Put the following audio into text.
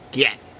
get